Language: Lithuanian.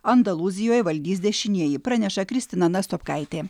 andalūzijoj valdys dešinieji praneša kristina nastopkaitė